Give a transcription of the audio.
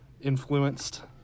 influenced